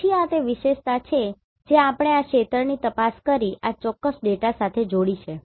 પછી આ તે વિશેષતાઓ છે જે આપણે આ ક્ષેત્રની તપાસ કરીને આ ચોક્કસ ડેટા સાથે જોડી છે